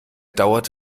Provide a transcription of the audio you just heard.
dauert